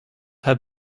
have